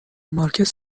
مارکت